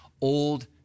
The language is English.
old